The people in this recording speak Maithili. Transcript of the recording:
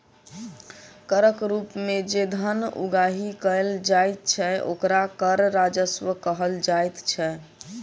करक रूप मे जे धन उगाही कयल जाइत छै, ओकरा कर राजस्व कहल जाइत छै